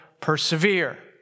persevere